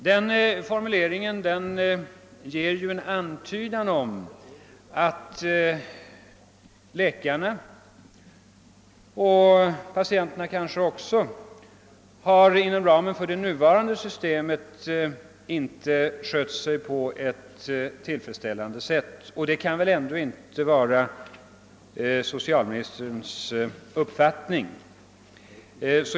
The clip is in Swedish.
Den formuleringen ger ju en antydan om att läkarna och kanske patienterna inom ramen för det nuvarande systemet inte har skött sig på ett tillfredsställande sätt, och det kan väl ändå inte vara socialministerns uppfattning.